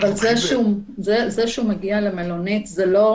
אבל זה שהוא מגיע למלונית זה לא